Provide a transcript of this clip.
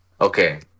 Okay